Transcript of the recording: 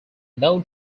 known